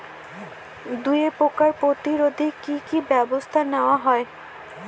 দুয়ে পোকার প্রতিরোধে কি কি ব্যাবস্থা নেওয়া হয়?